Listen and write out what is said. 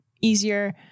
easier